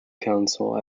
council